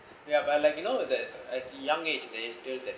ya but like you know that it young age there is still there